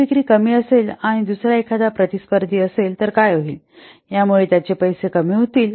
जर विक्री कमी असेल आणि दुसरा एखादा प्रतिस्पर्धी असेल तर काय होईल यामुळे त्याचे पैसे कमी होतील